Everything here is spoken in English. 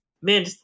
man